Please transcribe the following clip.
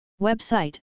Website